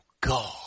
God